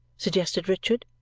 suggested richard.